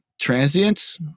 transients